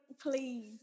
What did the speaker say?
please